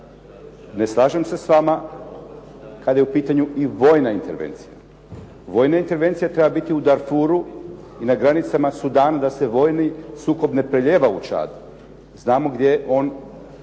Ne slažem se sa vama kada je u pitanju i vojna intervencija. Vojna intervencija treba biti u …/Govornik se ne razumije./… i na granicama Sudana da se vojni sukob ne prelijeva u Čad, znamo gdje je